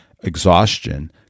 exhaustion